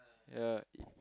ya